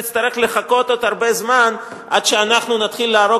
תצטרך לחכות עוד הרבה זמן עד שאנחנו נתחיל להרוג